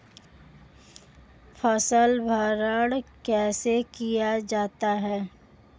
फ़सल भंडारण कैसे किया जाता है?